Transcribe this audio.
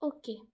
okay